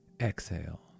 exhale